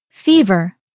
Fever